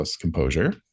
composure